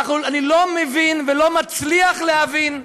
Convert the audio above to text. אני גם לא מבין, לא מצליח להבין,